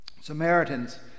Samaritans